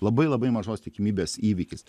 labai labai mažos tikimybės įvykis